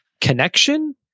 connection